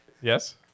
Yes